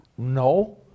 No